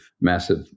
massive